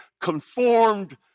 conformed